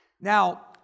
Now